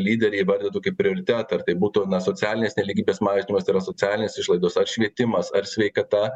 lyderiai įvardytų kaip prioritetą ar tai būtų socialinės nelygybės mažinimas tai yra socialinės išlaidos ar švietimas ar sveikata